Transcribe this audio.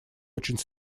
очень